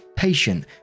patient